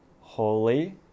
holy